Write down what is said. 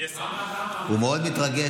הוא מאוד מתרגש,